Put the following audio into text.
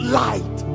light